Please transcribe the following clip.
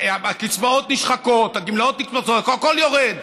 הקצבאות נשחקות, הגמלאות, הכול יורד.